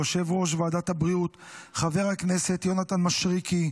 ליושב-ראש ועדת הבריאות חבר הכנסת יונתן מישרקי,